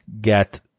get